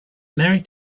mary